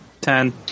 ten